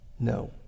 No